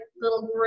little